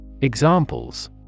Examples